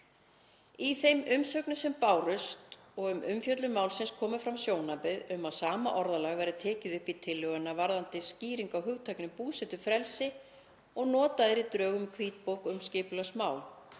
Í þeim umsögnum sem bárust nefndinni og við umfjöllun málsins komu fram sjónarmið um að sama orðalag verði tekið upp í tillöguna varðandi skýringu á hugtakinu búsetufrelsi og notað er í drögum að hvítbók um skipulagsmál,